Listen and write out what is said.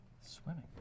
Swimming